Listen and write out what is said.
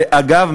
ואגב,